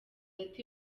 ati